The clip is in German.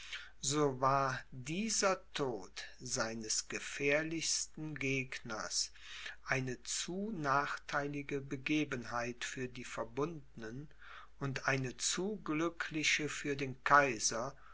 so war dieser tod seines gefährlichsten gegners eine zu nachtheilige begebenheit für die verbundenen und eine zu glückliche für den kaiser